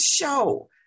show